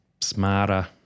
smarter